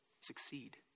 succeed